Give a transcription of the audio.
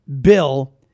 bill